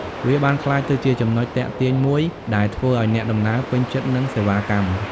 វាបានក្លាយទៅជាចំណុចទាក់ទាញមួយដែលធ្វើឱ្យអ្នកដំណើរពេញចិត្តនឹងសេវាកម្ម។